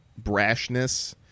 brashness